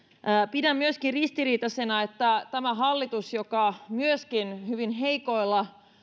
pidän myöskin ristiriitaisena että tämä hallitus joka hyvin heikolla